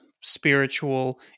spiritual